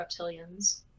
reptilians